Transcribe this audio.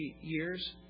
years